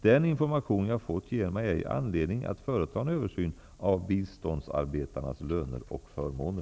Den information jag fått ger mig ej anledning att företa en översyn av biståndsarbetarnas löner och förmåner.